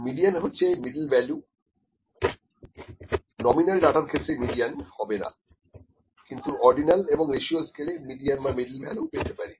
median হচ্ছে middle value nominal ডাটার ক্ষেত্রে মেডিয়ান হবে না কিন্তু অর্ডিনাল এবং রেশিও স্কেলে মিডিয়ান বা মিডিল ভ্যালু পেতে পারি